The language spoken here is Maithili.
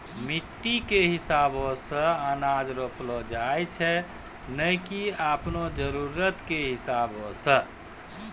मिट्टी कॅ हिसाबो सॅ अनाज रोपलो जाय छै नै की आपनो जरुरत कॅ हिसाबो सॅ